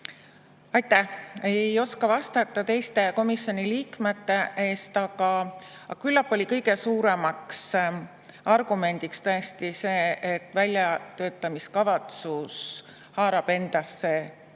Aitäh! Ei oska vastata teiste komisjoni liikmete eest, aga küllap oli kõige suuremaks argumendiks tõesti see, et väljatöötamiskavatsus haarab endasse